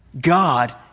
God